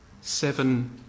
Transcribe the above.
seven